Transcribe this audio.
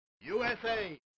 USA